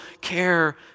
care